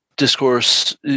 discourse